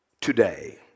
today